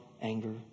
anger